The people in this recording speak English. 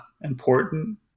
important